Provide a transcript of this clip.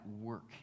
work